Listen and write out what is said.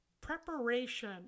preparation